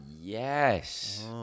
yes